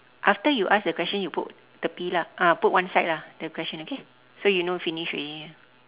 after you asked the question you put tepi lah ah put one side lah the question okay so you know finish already